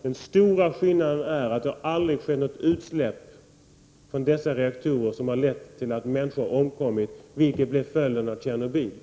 Den stora skillnaden mellan öst och väst är att det aldrig har skett något utsläpp från dessa reaktorer i väst som har lett till att människor har omkommit, vilket blev följden av Tjernobylolyckan.